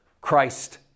Christ